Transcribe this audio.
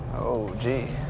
oh, gee.